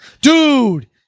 Dude